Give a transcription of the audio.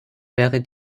wäre